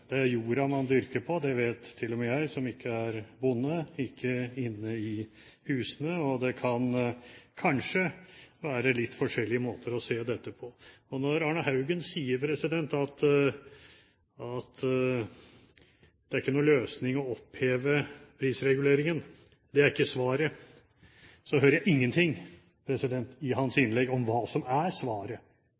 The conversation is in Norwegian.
er jorda man dyrker på – det vet til og med jeg som ikke er bonde – ikke inne i husene. Det kan kanskje være litt forskjellige måter å se dette på. Når Arne Haugen sier at det ikke er noen løsning å oppheve prisreguleringen – at det ikke er svaret – hører jeg ingenting i hans innlegg om hva som er svaret,